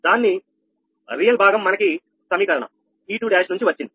దాన్ని రియల్ భాగం మనకి సమీకరణం e21 నుంచి వచ్చింది